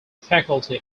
faculty